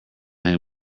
him